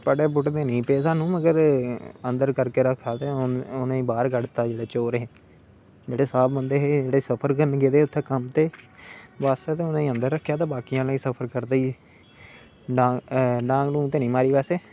पट्टे ते नेईं पे सानू लेकिन अंदर कर के रक्ख दित्ता ते उनेंगी बाहर कड्ढ दित्ता जेहडे़ चोर हे जेहडे़ साफ बंदे हे जेहडे़ सफर करन गेदे उत्थै कम्म ते उनेंगी अंदर रक्खेआ ते बाकी आहले गी सफर करने आहले गी डांग डांग डूंग ते नेई मारी बैसे